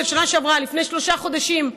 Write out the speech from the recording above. לפני שלושה חודשים,